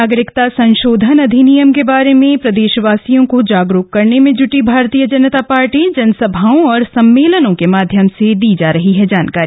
नागरिकता संशोधन अधिनियम के बारे में प्रदेशवासियों को जागरूक करने में जुटी भाजपा जनसभाएं और सम्मेलन के माध्यम से दी जा रही जानकारी